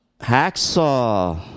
hacksaw